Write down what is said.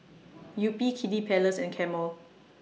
Yupi Kiddy Palace and Camel